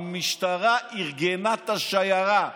המשטרה ארגנה את השיירה.